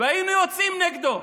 והיינו יוצאים נגדו.